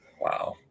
Wow